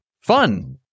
Fun